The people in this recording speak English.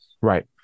Right